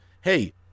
hey